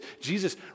Jesus